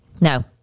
No